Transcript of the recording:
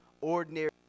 ordinary